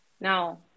Now